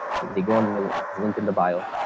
they go into link in the bio,